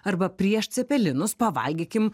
arba prieš cepelinus pavalgykim